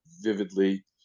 vividly